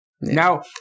Now